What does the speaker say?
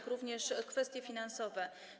Są również kwestie finansowe.